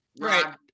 right